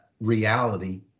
reality